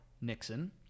Nixon—